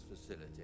facility